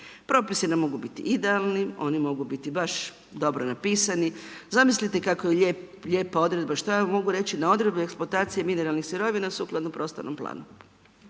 Propisi ne mogu biti idealni, oni mogu biti baš dobro napisani, zamislite kako je lijepa odredba, što ja mogu reći na odredbe eksploatacije mineralnih sirovina sukladno prostornom planu?